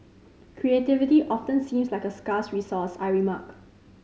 creativity often seems like a scarce resource I remark